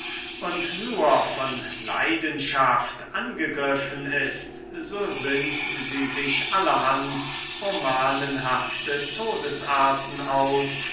und nur von leidenschaft angegriffen ist so sinnt sie sich allerhand romanenhafte todesarten aus